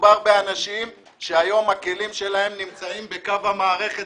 מדובר באנשים שהיום הכלים שלהם נמצאים בקו המערכת